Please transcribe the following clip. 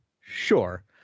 sure